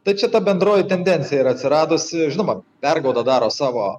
tai čia ta bendroji tendencija yra atsiradusi žinoma pergauda daro savo